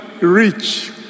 rich